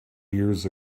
years